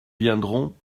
viendront